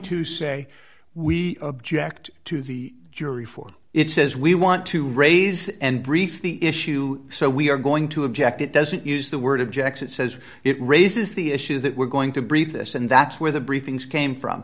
two say we object to the jury for it says we want to raise and brief the issue so we are going to object it doesn't use the word objects it says it raises the issue that we're going to brief this and that's where the briefings came from